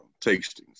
tastings